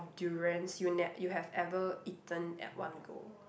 durians you ne~ you have ever eaten at one go